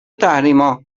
تحریما